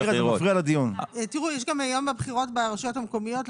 היום יש בחירות ברשויות המקומיות,